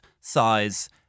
size